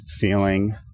feeling